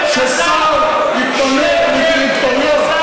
שקר וכזב.